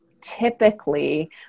typically